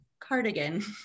cardigan